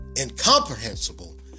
incomprehensible